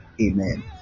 Amen